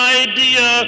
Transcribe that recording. idea